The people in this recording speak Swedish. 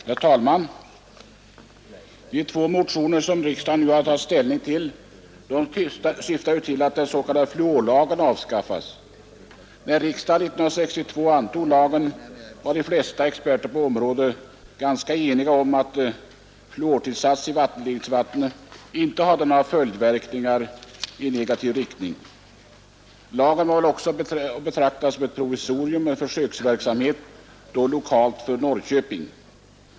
Herr talman! De två motioner som riksdagen nu har att behandla syftar till att den s.k. fluorlagen avskaffas. När riksdagen 1962 antog lagen var de flesta experter på området ganska eniga om att fluortillsats i vattenledningsvattnet inte hade några följdverkningar i negativ riktning. Lagen var väl också att betrakta som ett provisorium i samband med en försöksverksamhet, då lokalt begränsad till Norrköping.